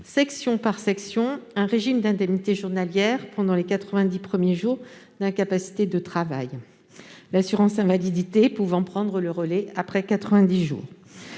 section par section, un régime d'indemnités journalières pendant les 90 premiers jours d'incapacité de travail- l'assurance invalidité pouvant prendre le relais au-delà.